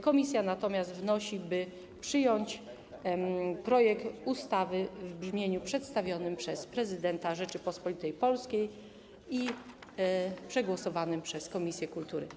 Komisja wnosi, by przyjąć projekt ustawy w brzmieniu przedstawionym przez prezydenta Rzeczypospolitej Polskiej i przegłosowanym przez komisję kultury.